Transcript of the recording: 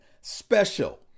Special